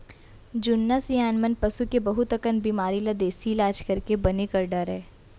जुन्ना सियान मन पसू के बहुत अकन बेमारी ल देसी इलाज करके बने कर डारय